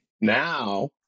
now